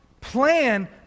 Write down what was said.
plan